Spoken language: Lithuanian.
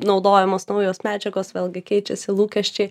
naudojamos naujos medžiagos vėlgi keičiasi lūkesčiai